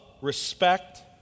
respect